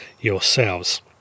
yourselves